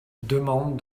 demande